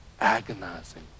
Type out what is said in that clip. agonizing